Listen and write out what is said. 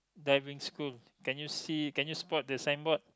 diving scoot can you see can you spot the signboard